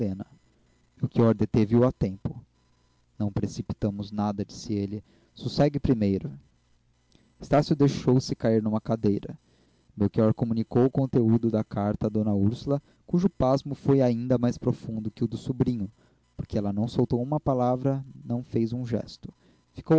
helena melchior deteve o a tempo não precipitemos nada disse ele sossegue primeiro estácio deixou-se cair numa cadeira melchior comunicou o conteúdo da carta a d úrsula cujo pasmo foi ainda mais profundo que o do sobrinho porque ela não soltou uma palavra não fez um gesto ficou